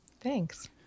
Thanks